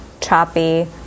choppy